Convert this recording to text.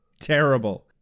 terrible